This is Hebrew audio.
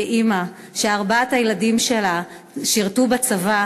כאימא שארבעת הילדים שלה שירתו בצבא: